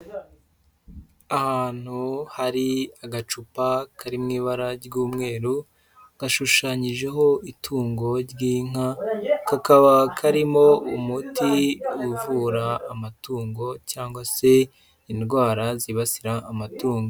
Ahantu hari agacupa kari mu ibara ry'umweru gashushanyijeho itungo ry'inka kakaba karimo umuti uvura amatungo cyangwa se indwara zibasira amatungo.